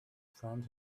friend